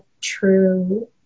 true